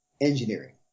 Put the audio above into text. engineering